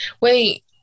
Wait